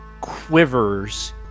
quivers